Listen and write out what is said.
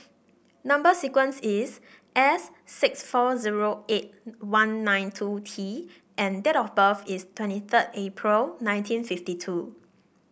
number sequence is S six four zero eight one nine two T and date of birth is twenty third April nineteen fifty two